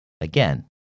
Again